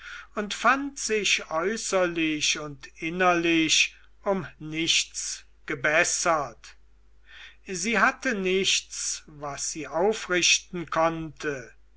und fand sich äußerlich und innerlich um nichts gebessert sie hatte nichts was sie aufrichten konnte